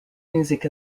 music